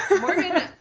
Morgan